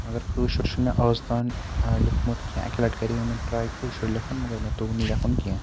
مگر کٲشُر چھُنہٕ مےٚ اَز تانۍ لیوکھمُت کینٛہہ اَکہِ لَٹہِ کرے مےٚ ٹرٛاے کٲشُر لیکھُن مگر مےٚ توٚگ نہٕ لیکھُن کینٛہہ